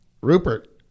Rupert